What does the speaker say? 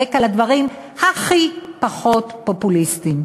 להיאבק על הדברים הכי פחות פופוליסטיים.